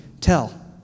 tell